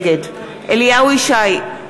נגד אליהו ישי,